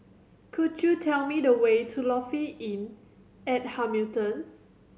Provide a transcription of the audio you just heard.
could you tell me the way to Lofi Inn at Hamilton